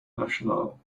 nationale